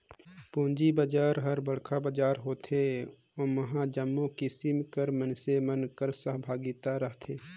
पूंजी बजार हर बड़खा बजार होथे ओम्हां जम्मो किसिम कर मइनसे मन कर सहभागिता रहथे